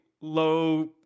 low